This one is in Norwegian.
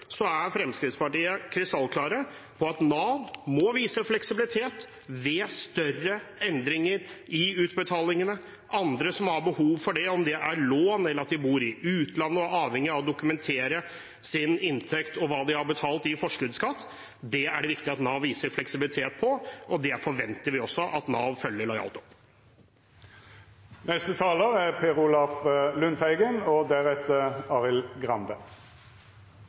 er Fremskrittspartiet krystallklare på at Nav må vise fleksibilitet ved større endringer i utbetalingene. Overfor andre som har behov for det, om det gjelder lån, eller at de bor i utlandet og er avhengig av å dokumentere sin inntekt og hva de har betalt i forskuddsskatt, er det viktig at Nav viser fleksibilitet. Det forventer vi at Nav lojalt følger opp. I den saken vi behandler i dag, er